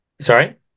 sorry